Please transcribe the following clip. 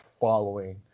following